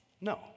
No